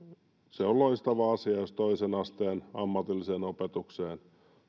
se on loistava asia jos toisen asteen ammatilliseen opetukseen